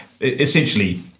essentially